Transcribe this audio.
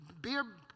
beer